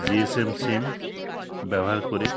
GSM SIM ব্যবহার করে